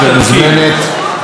נא לשמור על השקט.